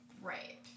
Right